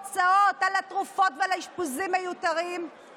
יציגו את תמונת המצב המלאה ויסייעו בגיבוש מדיניות לאומית יעילה.